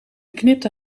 knipte